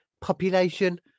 population